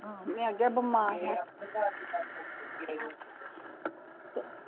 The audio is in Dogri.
हां में अग्गें बमार आं